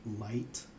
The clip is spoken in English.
light